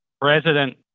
president